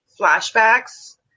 flashbacks